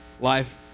life